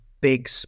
big